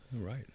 right